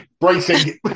bracing